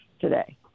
today